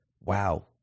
Wow